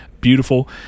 Beautiful